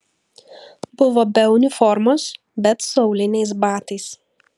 buvo be uniformos bet su auliniais batais